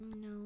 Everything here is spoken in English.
no